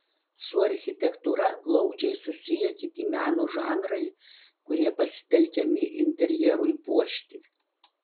su architektūra glaudžiai susiję kiti meno žanrai kurie pasitelkiami interjerui puošti